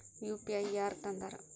UPI ಯಾರ್ ತಂದಾರ?